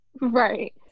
Right